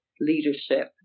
leadership